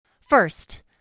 First